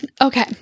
Okay